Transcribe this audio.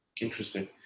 interesting